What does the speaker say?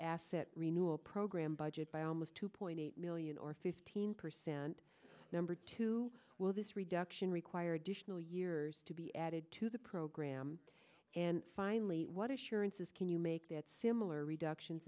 asset renewal program budget by almost two point eight million or fifteen percent number two will this reduction require additional years to be added to the program and finally what assurances can you make that similar reductions